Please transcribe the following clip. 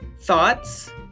thoughts